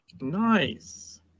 Nice